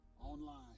Online